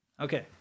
Okay